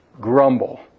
Grumble